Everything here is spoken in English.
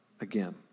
again